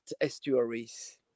estuaries